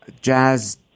jazz